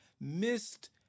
missed